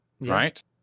right